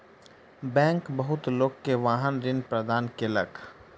bank बहुत लोक के वाहन ऋण प्रदान केलक